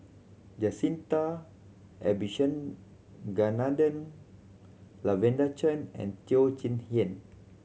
Jacintha Abisheganaden Lavender Chang and Teo Chee Hean